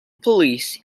police